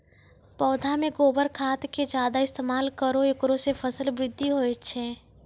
पौधा मे गोबर खाद के ज्यादा इस्तेमाल करौ ऐकरा से फसल बृद्धि होय छै?